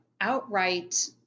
outright